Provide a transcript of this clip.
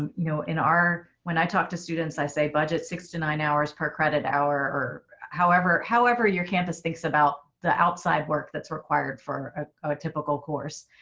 um you know, in our when i talk to students, i say budget six to nine hours per credit hour or however, however your campus thinks about the outside work that's required for a typical course.